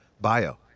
bio